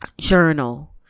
journal